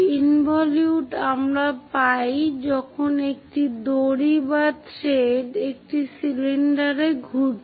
involute আমরা পাই যখন একটি দড়ি বা থ্রেড একটি সিলিন্ডারে ঘুরছে